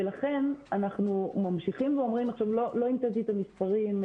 ולכן אנחנו ממשיכים ואומרים לא המצאתי את המספרים,